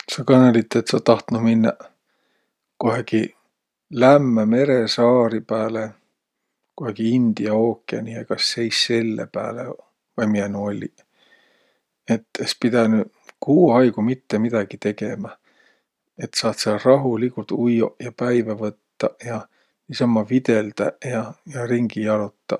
Sa kõnõlit mullõ, et sa tahtnuq minnäq kohegi lämmä mere saari pääle, kohegi India ookeanihe, kas Seishelle pääle vai miä nuuq olliq. Et es pidänüq kuu aigu mitte midägi tegemä. Et saat sääl rahuligult ujjoq ja päivä võttaq ja niisama videldäq ja ringi jalotaq.